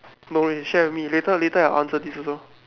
no leh share with me later later I answer this also